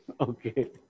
Okay